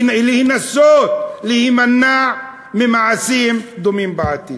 לנסות להימנע ממעשים דומים בעתיד.